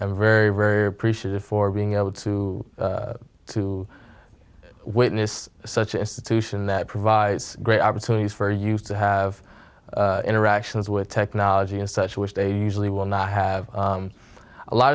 very very appreciative for being able to to witness such a situation that provides great opportunities for used to have interactions with technology as such which they usually will not have a lot